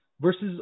versus